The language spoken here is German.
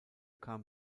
kam